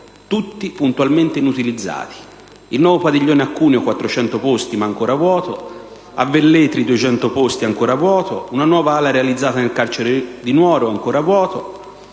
tutti, puntualmente, inutilizzati: il nuovo padiglione a Cuneo, 400 posti, ancora vuoto; a Velletri, 200 posti, ancora vuoti; una nuova ala realizzata nel carcere di Nuoro, ancora vuota;